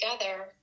together